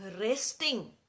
Resting